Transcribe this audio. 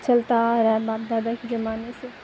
چلتا آ رہا ہے باپ دادا کے زمانے سے